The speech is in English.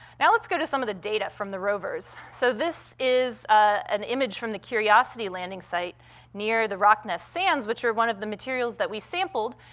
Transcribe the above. now let's go to some of the data from the rovers. so this is ah an image from the curiosity landing site near the rocknest sands, which are one of the materials that we sampled,